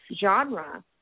genre